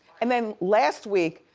and then last week,